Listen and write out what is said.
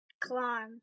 climb